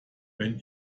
wenn